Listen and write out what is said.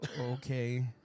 Okay